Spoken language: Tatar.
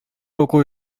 уку